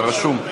אתה רשום.